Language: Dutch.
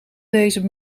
deze